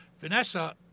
Vanessa